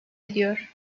ediyor